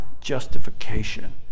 justification